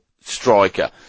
striker